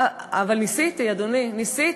אבל ניסיתי, אדוני, ניסיתי.